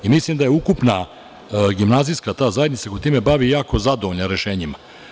Mislim da je ukupna gimnazijska zajednica koja se time bavi jako zadovoljna rešenjima.